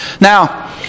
Now